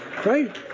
right